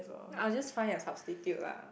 I'll just find a substitute lah